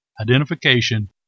identification